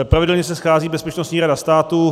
Pravidelně se schází Bezpečnostní rada státu.